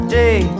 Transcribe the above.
day